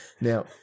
Now